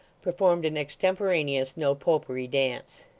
performed an extemporaneous no-popery dance.